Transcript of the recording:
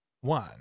one